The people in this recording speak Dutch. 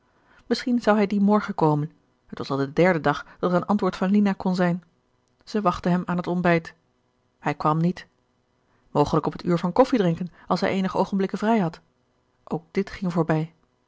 misschien zou hij dien morgen komen het was al de derde dag dat er een antwoord van lina kon zijn zij wachtte hem aan het ontbijt hij kwam niet mogelijk op het uur van koffijdrinken als hij eenig oogenblikken vrij had ook dit ging voorbij